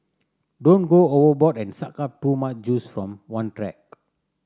don't go overboard and suck up too much juice from one track